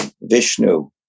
Vishnu